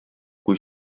kui